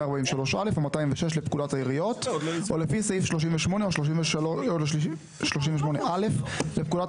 143א או 206 לפקודת העיריות או לפי סעיף 38 או 38א לפקודת